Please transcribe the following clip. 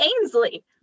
Ainsley